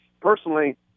personally